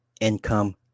income